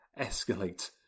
escalate